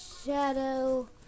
shadow